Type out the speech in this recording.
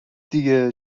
دیگه